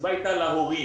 והתשובה הייתה להורים.